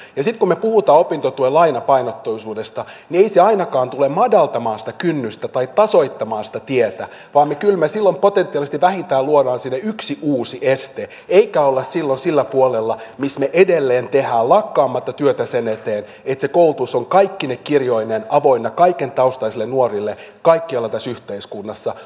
ja sitten kun me puhumme opintotuen lainapainotteisuudesta niin ei se ainakaan tule madaltamaan sitä kynnystä tai tasoittamaan sitä tietä vaan kyllä me silloin potentiaalisesti luomme sinne vähintään yhden uuden esteen emmekä ole silloin sillä puolella missä me edelleen teemme lakkaamatta työtä sen eteen että se koulutus on kaikkine kirjoineen avoinna kaikentaustaisille nuorille kaikkialla tässä yhteiskunnassa omaehtoisesti